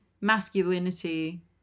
masculinity